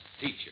teacher